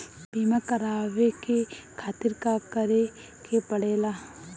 बीमा करेवाए के खातिर का करे के पड़ेला?